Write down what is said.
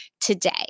today